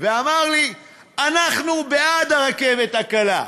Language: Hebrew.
ואמר לי: אנחנו בעד הרכבת הקלה,